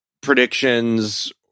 predictions